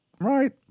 Right